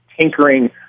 tinkering